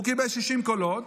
הוא קיבל 60 קולות